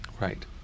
Right